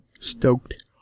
Stoked